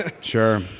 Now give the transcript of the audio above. Sure